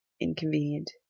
inconvenient